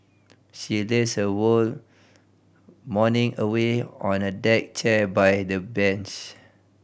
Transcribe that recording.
she lazed her whole morning away on a deck chair by the beach